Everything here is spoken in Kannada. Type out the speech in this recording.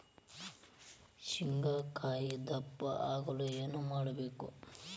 ಶೇಂಗಾಕಾಯಿ ದಪ್ಪ ಆಗಲು ಏನು ಮಾಡಬೇಕು?